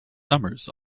summers